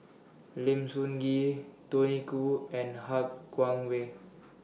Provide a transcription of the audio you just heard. Lim Sun Gee Tony Khoo and Han Guangwei